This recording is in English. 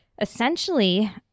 essentially